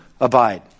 abide